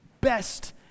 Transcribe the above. best